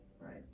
Right